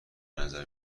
نظر